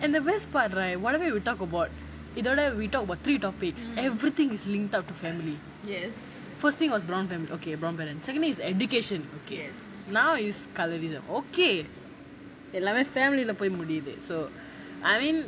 and the best part right whatever we talk about இதோட:ithoda we talk about three topics everything is linked up to family first thing was brown family okay brown parents secondly is education now is colourism okay எல்லாமே:ellaamae family lah போய் முடியுது:poyi mudiyuthu so I mean